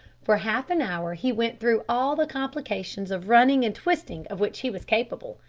for half an hour he went through all the complications of running and twisting of which he was capable,